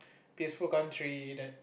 peaceful country that